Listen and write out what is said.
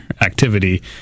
activity